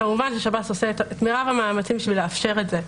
כמובן שב"ס עושה את מרב המאמצים בשביל לאפשר את זה.